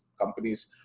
Companies